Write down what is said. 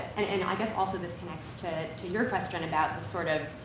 and i guess, also this connects to, to your question about the sort of,